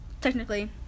technically